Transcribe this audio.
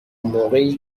موقعی